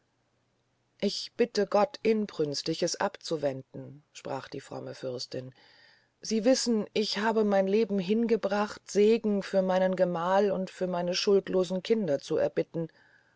ich bitte gott inbrünstig es abzuwenden sprach die fromme fürstin sie wissen ich habe mein leben hingebracht segen für meinen gemahl und für meine schuldlosen kinder zu erbitten